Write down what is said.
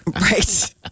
Right